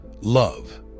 love